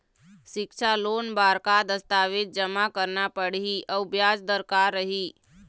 सिक्छा लोन बार का का दस्तावेज जमा करना पढ़ही अउ ब्याज दर का रही?